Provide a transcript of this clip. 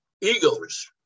egos